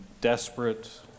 desperate